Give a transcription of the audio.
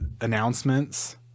announcements